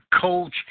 coach